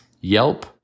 Yelp